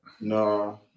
No